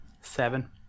Seven